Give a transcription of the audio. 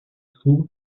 school